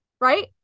Right